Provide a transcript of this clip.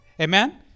Amen